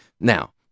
Now